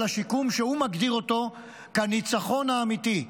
אלא לשיקום שהוא מגדיר אותו כניצחון האמיתי.